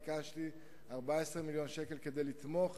ביקשתי 14 מיליון שקלים כדי לתמוך